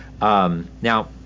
Now